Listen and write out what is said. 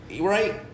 Right